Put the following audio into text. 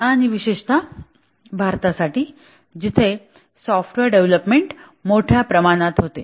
आणि विशेषत भारतासाठी जिथे सॉफ्टवेअर डेव्हलपमेंट मोठ्या प्रमाणात होते